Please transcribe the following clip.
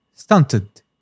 Stunted